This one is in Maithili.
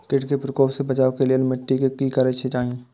किट के प्रकोप से बचाव के लेल मिटी के कि करे के चाही?